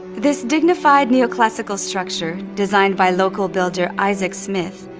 this dignified neo-classical structure, designed by local builder isaac smith,